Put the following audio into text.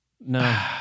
No